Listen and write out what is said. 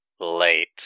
late